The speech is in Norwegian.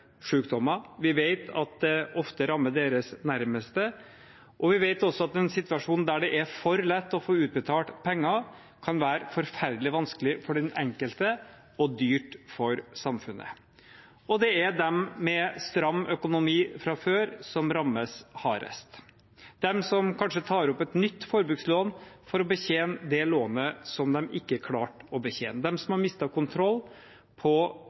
Vi vet at det ofte rammer deres nærmeste. Vi vet også at en situasjon der det er for lett å få utbetalt penger, kan være forferdelig vanskelig for den enkelte og dyrt for samfunnet. Og det er dem med stram økonomi fra før som rammes hardest, de som kanskje tar opp et nytt forbrukslån for å betjene det lånet som de ikke klarte å betjene, de som har mistet kontroll på